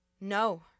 no